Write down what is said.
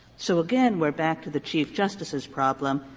so again, we are back to the chief justice's problem,